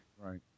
Right